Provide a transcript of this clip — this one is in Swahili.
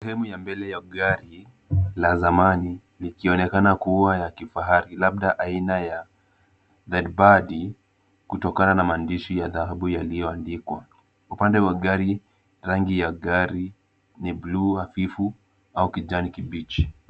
Sehemu ya mbele ya gari la zamani, likionekana kuwa la kifahari labda aina ya Zelbadi kutokana na maandishi ya dhahabu yaliyoandikwa. Upande wa gari rangi ya gari ni buluu hafifu au kijani kibichi.